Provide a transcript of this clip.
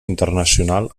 internacional